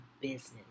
business